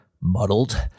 muddled